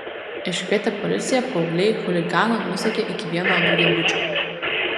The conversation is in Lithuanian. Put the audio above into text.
iškvietę policiją paaugliai chuliganą nusekė iki vieno daugiabučio